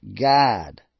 God